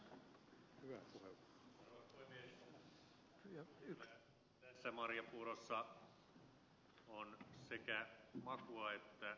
kyllä tässä marjapuurossa on sekä makua että ravintoaineita